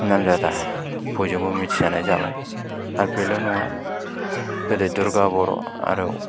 नामजादा बयजोंबो मिथिजानाय जाबाय आरो बेल' नङा गोदो दुर्गा बर'